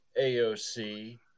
AOC